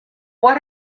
what